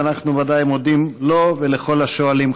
ואנחנו בוודאי מודים לו ולכל השואלים.